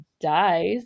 dies